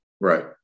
Right